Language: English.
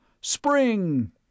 Spring